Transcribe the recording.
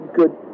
good